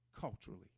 culturally